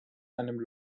einem